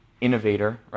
innovator